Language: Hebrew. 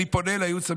אני פונה לייעוץ המשפטי,